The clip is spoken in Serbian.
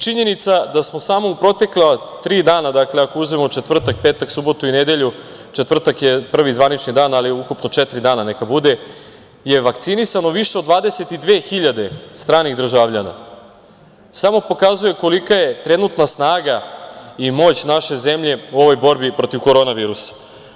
Činjenica da smo samo u protekla tri dana, dakle, ako uzmemo četvrtak, petak, subotu i nedelju, četvrtak je prvi zvanični dan, ali ukupno četiri dana neka bude je vakcinisano više od 22.000 stranih državljana, samo pokazuje kolika je trenutna snaga i moć naše zemlje u ovoj borbi protiv Korona virusa.